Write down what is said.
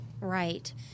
Right